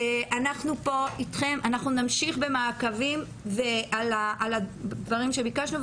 אנחנו פה איתכם ואנחנו נמשיך במעקבים על הדברים שביקשנו.